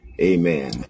amen